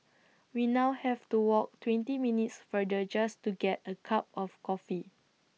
we now have to walk twenty minutes farther just to get A cup of coffee